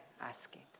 Asking